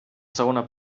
segona